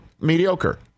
mediocre